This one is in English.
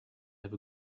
have